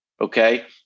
okay